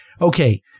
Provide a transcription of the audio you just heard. Okay